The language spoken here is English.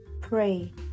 pray